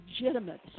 legitimate